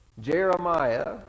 Jeremiah